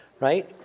right